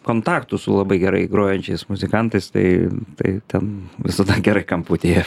kontaktų su labai gerai grojančiais muzikantais tai tai ten visada gera kamputyje